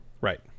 Right